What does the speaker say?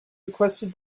requested